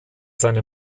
seine